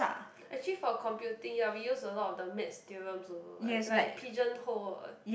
actually for computing ya we use a lot of the maths theorems also like like pigeon hole [what]